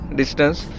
distance